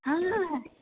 हा हा